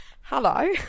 hello